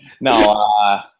No